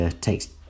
takes